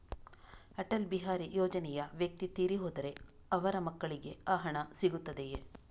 ಅಟಲ್ ಬಿಹಾರಿ ಯೋಜನೆಯ ವ್ಯಕ್ತಿ ತೀರಿ ಹೋದರೆ ಅವರ ಮಕ್ಕಳಿಗೆ ಆ ಹಣ ಸಿಗುತ್ತದೆಯೇ?